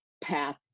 path